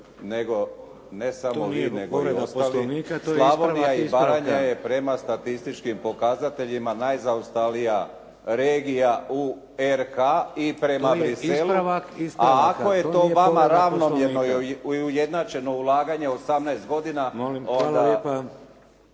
to je ispravak ispravka!/… Slavonija i Baranja je prema statističkim pokazateljima najzaostalija regija u RH i prema Bruxellesu a ako je to vama ravnomjerno i ujednačeno ulaganje 18 godina onda